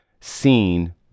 seen